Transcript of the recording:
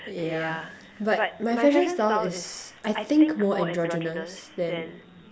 yeah but my fashion style is I think more endogenous than